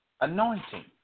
Anointing